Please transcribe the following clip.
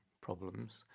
problems